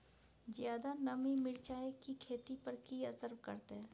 ज्यादा नमी मिर्चाय की खेती पर की असर करते?